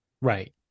Right